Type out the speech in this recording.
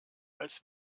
als